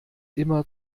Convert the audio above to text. immer